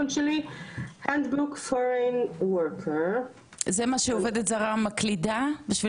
זה מה שעובדת זרה מקלידה בשביל להיכנס לאזור האישי שלה?